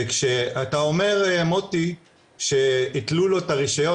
וכשאתה אומר מוטי שהתלו לו את הרישיון